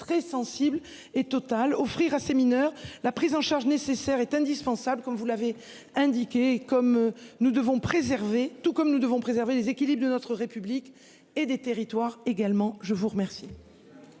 très sensible. Et Total offrir assez mineurs la prise en charge nécessaires est indispensable comme vous l'avez indiqué comme nous devons préserver tout comme nous devons préserver les équilibres de notre République et des territoires également. Je vous remercie.